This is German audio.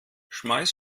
schmeiß